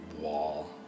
wall